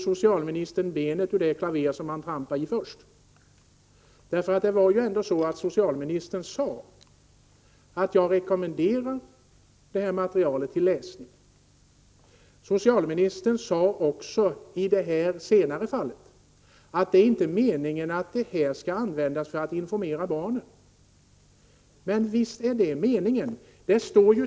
Socialministern drar nu benet ur det klaver som han först trampade i. Socialministern sade ju att han rekommenderar det här materialet till läsning. Socialministern sade också i det senare fallet att det inte är meningen att detta skall användas för att informera barnen. Visst är det meningen. Det står t.